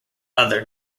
other